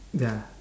ya